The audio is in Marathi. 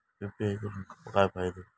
यू.पी.आय करून काय फायदो?